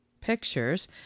pictures